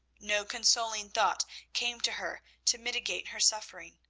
no consoling thought came to her to mitigate her suffering.